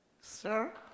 Sir